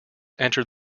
entered